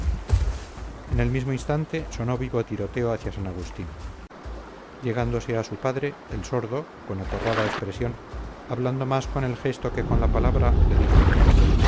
en el mismo instante sonó vivo tiroteo hacia san agustín llegándose a su padre el sordo con aterrada expresión hablando más con el gesto que con la palabra le dijo